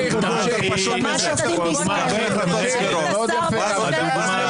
יבואו אליך שדרות ויגידו לך --- למה יש שופטים בישראל?